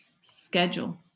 Schedule